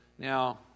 Now